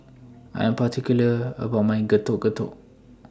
I Am particular about My Getuk Getuk